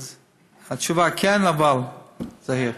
התשובה: כן, אבל זהיר.